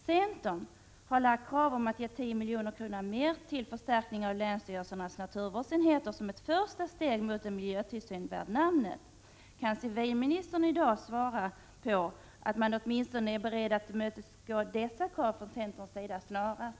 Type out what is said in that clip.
Centern har begärt 10 milj.kr. mer till förstärkning av länsstyrelsernas naturvårdsenheter, som ett första steg mot en miljötillsyn värd namnet. Kan civilministern i dag svara på om man åtminstone är beredd att tillmötesgå dessa krav från centerns sida snarast?